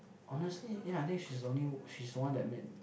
honestly yeah I think she's the only she's the one that made